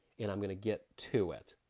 and i'm gonna get to it.